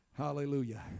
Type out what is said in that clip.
Hallelujah